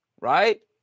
right